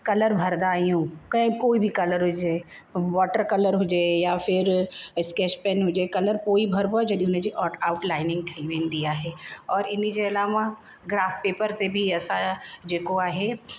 colour भरदा आहियूं कंहिं कोई बि कलर हुजे वॉटर कलर हुजे या फ़िर स्केच पेन हुजे कलर पोई भरिबो आहे जॾीं उनजी आउट लाइन ठयी वेंदी आहे और इन जे अलावा ग्राफ़ पेपर ते बि असां जेको आहे